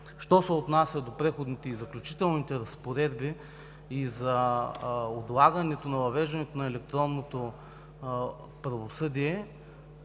Що се отнася до Преходните и заключителните разпоредби и за отлагането на въвеждането на електронното правосъдие,